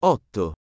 Otto